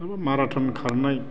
marathon खारनाय